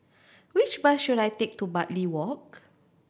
which bus should I take to Bartley Walk